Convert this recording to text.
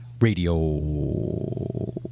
radio